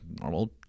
normal